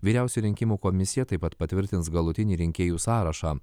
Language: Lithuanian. vyriausioji rinkimų komisija taip pat patvirtins galutinį rinkėjų sąrašą